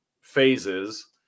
phases